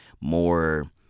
more